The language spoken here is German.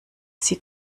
sie